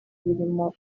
birimo